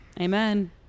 Amen